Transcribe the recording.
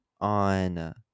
on